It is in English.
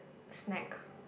snack